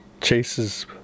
chases